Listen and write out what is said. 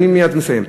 אני מייד מסיים.